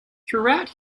throughout